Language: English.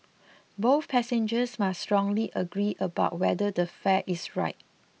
both passengers must strongly agree about whether the fare is right